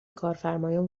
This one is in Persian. کارفرمایان